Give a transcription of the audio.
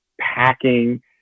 packing